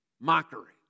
mockery